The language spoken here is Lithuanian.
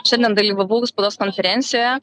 šiandien dalyvavau spaudos konferencijoje